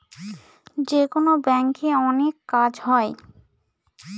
যেকোনো ব্যাঙ্কে অনেক কাজ হয়